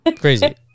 Crazy